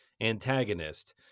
antagonist